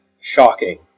shocking